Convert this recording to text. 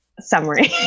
summary